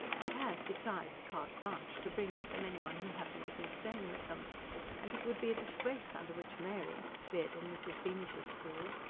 and had, besides, carte blanche to bring with them anyone who happened to be staying with them and it would be a disgrace under which mary, reared in mrs. beamish's school,